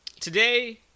Today